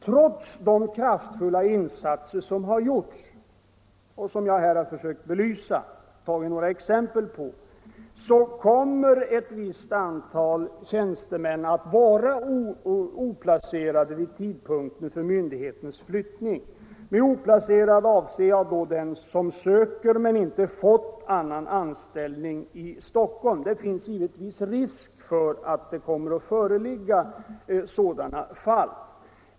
Trots de kraftfulla insatser som gjorts och som jag här genom några exempel försökt belysa kommer ett visst antal tjänstemän att vara oplacerade vid tidpunkten för myndighetens flyttning. Med ”oplacerad” avser jag då den som söker men som inte fått någon annan anställning i Stockholm. Det finns givetvis en risk för att det kommer att föreligga sådana fall.